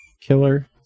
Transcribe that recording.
Killer